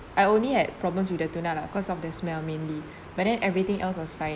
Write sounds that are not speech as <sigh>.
I only had problems with the tuna lah because of the smell mainly <breath> but then everything else was fine